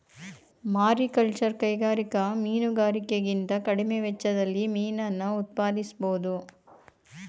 mariculture ಕೈಗಾರಿಕಾ ಮೀನುಗಾರಿಕೆಗಿಂತ ಕಡಿಮೆ ವೆಚ್ಚದಲ್ಲಿ ಮೀನನ್ನ ಉತ್ಪಾದಿಸ್ಬೋಧು